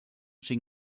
cinc